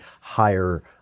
higher –